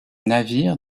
navire